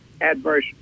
adverse